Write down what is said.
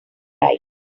right